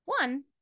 One